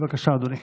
בבקשה, אדוני.